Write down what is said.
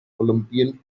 olympian